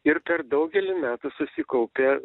ir per daugelį metų susikaupė